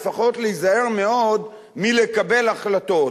לפחות להיזהר מאוד מלקבל החלטות.